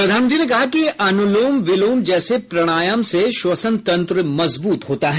प्रधानमंत्री ने कहा कि अनुलोम विलोम जैसे प्राणायाम से श्वसन तंत्र मजबूत होता है